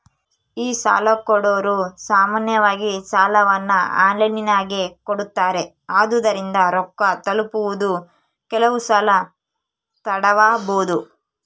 ಈ ಸಾಲಕೊಡೊರು ಸಾಮಾನ್ಯವಾಗಿ ಸಾಲವನ್ನ ಆನ್ಲೈನಿನಗೆ ಕೊಡುತ್ತಾರೆ, ಆದುದರಿಂದ ರೊಕ್ಕ ತಲುಪುವುದು ಕೆಲವುಸಲ ತಡವಾಬೊದು